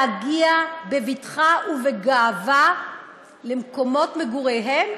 להגיע בבטחה ובגאווה למקומות מגוריהם,